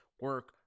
Work